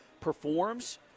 performs